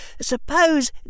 Suppose